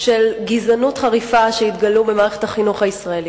של גזענות חריפה שהתגלו במערכת החינוך הישראלית.